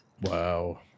Wow